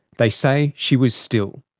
they say she was still.